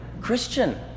Christian